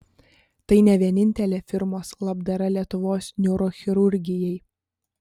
tai ne vienintelė firmos labdara lietuvos neurochirurgijai